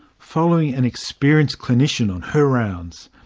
following an experienced clinician on her rounds,